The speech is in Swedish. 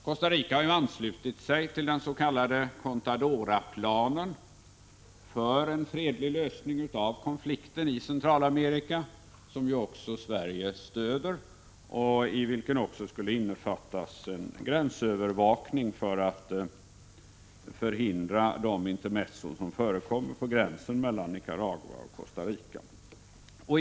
Costa Rica har ju anslutit sig till den s.k. Contadoraplanen för en fredlig lösning av konflikter i Centralamerika, som ju också Sverige stödjer, och i vilken skulle innefattas en gränsövervakning för att förhindra de intermezzon som förekommer på gränsen mellan Nicaragua och Costa Rica.